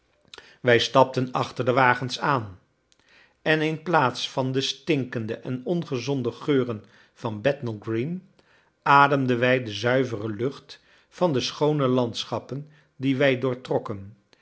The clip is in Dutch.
wij stapten achter de wagens aan en inplaats van de stinkende en ongezonde geuren van bethnal green ademden wij de zuivere lucht van de schoone landschappen die wij